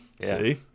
See